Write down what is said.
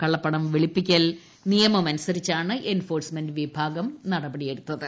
കള്ളപ്പണം വെളുപ്പിക്കൽ നിയമമനുസരിച്ചാണ് എൻഫോഴ്സ്മെന്റ് വിഭാഗം നടപടിയെടുത്തത്